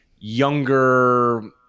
younger